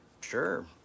sure